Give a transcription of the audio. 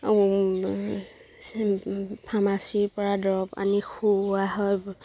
ফাৰ্মাচীৰ পৰা দৰৱ আনি খুওৱা হয়